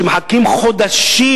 שמחכים חודשים,